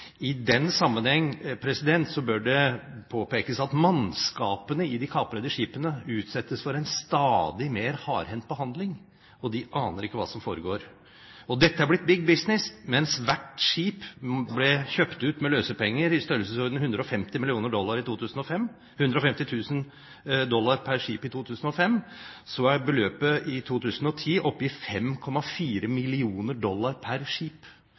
den sammenheng bør det påpekes at mannskapene i de kaprede skipene utsettes for en stadig mer hardhendt behandling, og de aner ikke hva som foregår. Dette har blitt big business. Mens hvert skip ble kjøpt ut med løsepenger i størrelsesordenen 150 000 dollar per skip i 2005, er beløpet i 2010 oppe i 5,4 mill. dollar per skip.